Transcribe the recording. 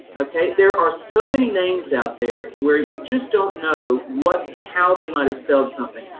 ok. there are so many names out there, where you just don't know what, how they might have spelled something.